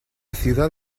ciudad